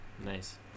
Nice